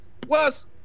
Plus